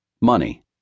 money